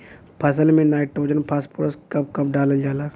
फसल में nitrogen phosphorus कब कब डालल जाला?